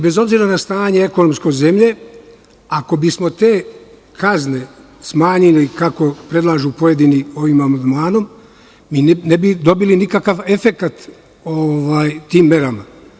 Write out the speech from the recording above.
Bez obzira na ekonomsko stanje zemlje, ako bismo te kazne smanjili, kako predlažu pojedini ovim amandmanom, mi ne bi dobili nikakv efekat tim merama.